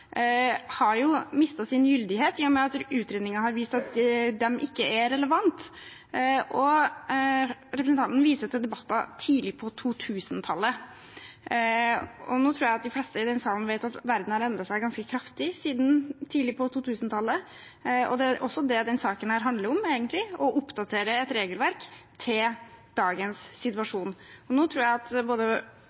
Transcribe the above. sin gyldighet – i og med at utredningen har vist at de ikke er relevante. Representanten viser til debatter tidlig på 2000-tallet – jeg tror de fleste i denne salen vet at verden har endret seg ganske kraftig siden tidlig på 2000-tallet. Det er også det denne saken egentlig handler om: å oppdatere et regelverk ut fra dagens situasjon. Jeg tror at både